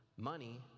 Money